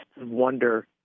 wonder